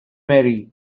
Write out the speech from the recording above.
marie